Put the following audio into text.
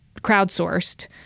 crowdsourced